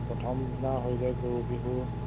প্ৰথম দিনা হৈ যায় গৰু বিহু